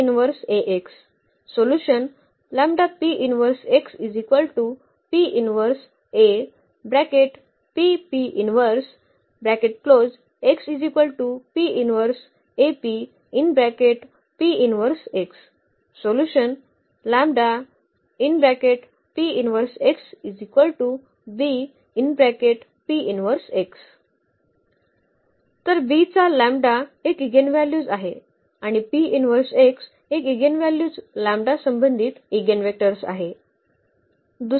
तर B चा एक इगेनव्हल्यूज आहे आणि एक इगेनव्हल्यूज संबंधित ईगेनवेक्टर्स आहे